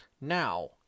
Now